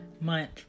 month